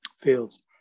fields